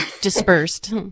dispersed